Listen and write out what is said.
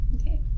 Okay